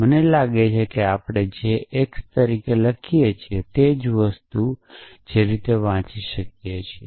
મને લાગે છે કે આપણે જે x તરીકે લખીએ તે જ વસ્તુ છે જે વાંચી શકીએ છીએ